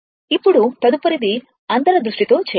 ఇప్పుడు తదుపరిది అంతర్ దృష్టి తో చేయాలి